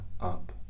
up